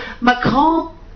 Macron